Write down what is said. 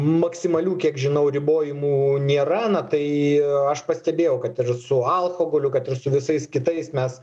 maksimalių kiek žinau ribojimų nėra na tai aš pastebėjau kad ir su alkoholiu kad ir su visais kitais mes